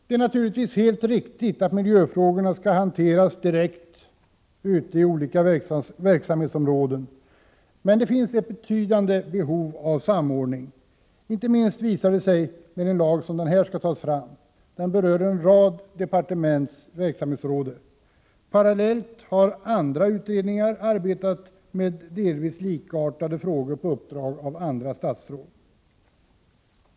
Det är naturligtvis helt riktigt att miljöfrågorna skall hanteras direkt ute i olika verksamhetsområden, men det finns ett betydande behov av samordning. Inte minst visar sig detta när en lag som denna skall tas fram. Den berör en rad departements verksamhetsområde. Parallellt har andra utredningar arbetat med delvis likartade frågor på uppdrag av andra statsråd.